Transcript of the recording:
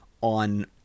on